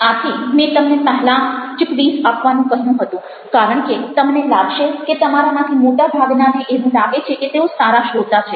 આથી મેં તમને પહેલાં જ ક્વિઝ આપવાનું કહ્યું હતું કારણ કે તમને લાગશે કે તમારામાંથી મોટાભાગનાને એવું લાગે છે કે તેઓ સારા શ્રોતા છે